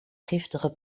giftige